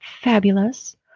fabulous